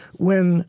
when